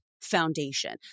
foundation